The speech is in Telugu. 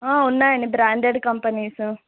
ఉన్నాయండి బ్రాండెడ్ కంపెనీస్